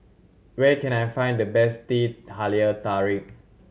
where can I find the best Teh Halia Tarik